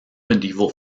medieval